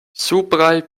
supraj